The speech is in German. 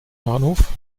bahnhof